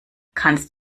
kannst